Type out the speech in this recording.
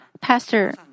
Pastor